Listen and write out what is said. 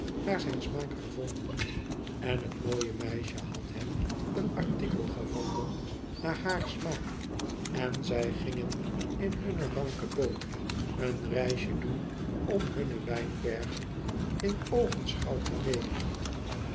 naar zijn smaak gevonden en het mooie meisje had hem een artikel gevonden naar haar smaak en zij gingen in hunne ranke boot een reisje doen om hunne wijnbergen in oogenschouw te nemen